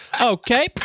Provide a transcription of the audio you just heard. Okay